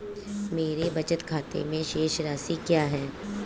मेरे बचत खाते में शेष राशि क्या है?